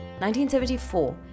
1974